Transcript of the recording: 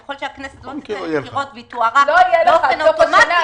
ככל שהכנסת לא תצא לבחירות והיא תוארך באופן אוטומטי,